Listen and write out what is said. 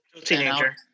teenager